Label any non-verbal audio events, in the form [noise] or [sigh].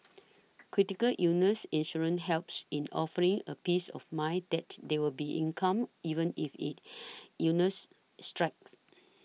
critical illness insurance helps in offering a peace of mind that there will be income even if it [noise] illnesses strike